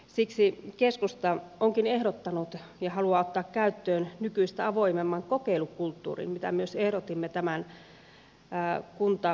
siksi keskusta onkin ehdottanut ja haluaa ottaa käyttöön nykyistä avoimemman kokeilukulttuurin mitä myös ehdotimme tämän kuntauudistuslain yhteydessä